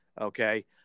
Okay